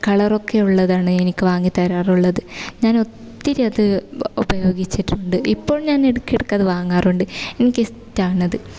നല്ല വണ്ണം കളർ ഒക്കെ ഉള്ളതാണ് എനിക്ക് വാങ്ങിത്തരാറുള്ളത് ഞാൻ ഒത്തിരി അത് ഉപയോഗിച്ചിട്ടുണ്ട് ഇപ്പോഴും ഞാന് ഇടക്കിടയ്ക്ക് അത് വാങ്ങാറുണ്ട് എനിക്ക് ഇഷ്ടമാണത്